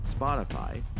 Spotify